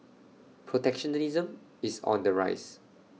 protectionism is on the rise